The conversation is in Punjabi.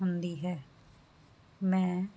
ਹੁੰਦੀ ਹੈ ਮੈਂ